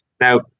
Now